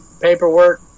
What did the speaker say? paperwork